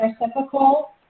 reciprocal